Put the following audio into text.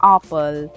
Apple